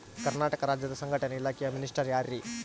ಕರ್ನಾಟಕ ರಾಜ್ಯದ ಸಂಘಟನೆ ಇಲಾಖೆಯ ಮಿನಿಸ್ಟರ್ ಯಾರ್ರಿ?